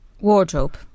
Wardrobe